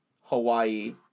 Hawaii